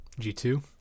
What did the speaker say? G2